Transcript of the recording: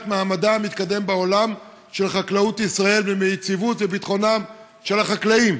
מעמדה המתקדם בעולם של חקלאות ישראל ומיציבות וביטחונם של החקלאים?